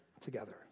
together